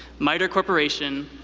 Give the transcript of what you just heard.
mitre corporation,